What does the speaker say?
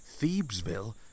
Thebesville